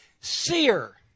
seer